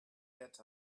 yet